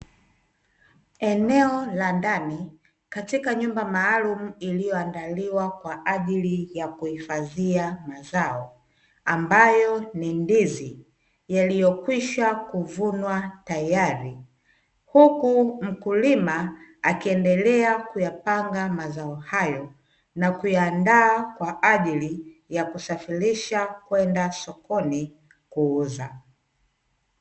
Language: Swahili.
Eneo la ndani katika nyumba maalumu iliyoandaliwa kwa ajili ya kuhifadhia mazao ambayo ni ndizi yaliyokwisha kuvunwa tayari. Huku mkulima akiendelea kuyapanga mazao hayo na kuyaanda kwa ajili ya kusafirisha kwenda sokoni kuuzwa.